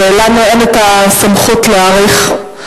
ולנו אין את הסמכות להאריך,